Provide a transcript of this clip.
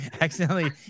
accidentally